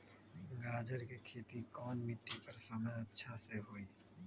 गाजर के खेती कौन मिट्टी पर समय अच्छा से होई?